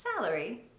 Salary